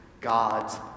God's